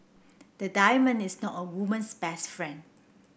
the diamond is not a woman's best friend